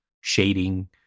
shading